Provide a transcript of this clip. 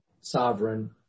sovereign